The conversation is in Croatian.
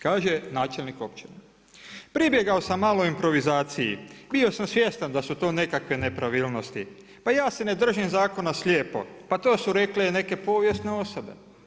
Kaže načelnik općine, pribjegao sam malo improvizaciji, bio sam svjestan da su to nekakve nepravilnosti, pa ja se ne držim zakona slijepo, pa to su rekle ne povijesne osobe.